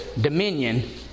dominion